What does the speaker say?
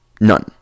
None